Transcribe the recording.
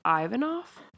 Ivanov